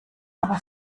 aber